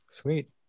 Sweet